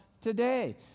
today